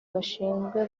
gashinzwe